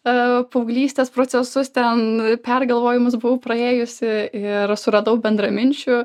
a paauglystės procesus ten pergalvojimus buvau praėjusi ir suradau bendraminčių